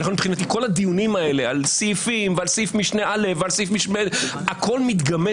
כל הדיונים האלה על סעיפים ועל סעיף משנה א' הכול מתגמד